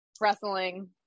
wrestling